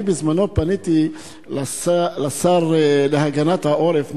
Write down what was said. בזמני פניתי לשר להגנת העורף,